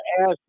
ask